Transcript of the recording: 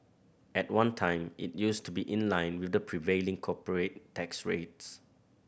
at one time it used to be in line with the prevailing corporate tax rates